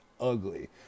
ugly